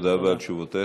תודה רבה על תשובותיך